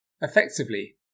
Effectively